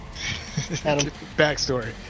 Backstory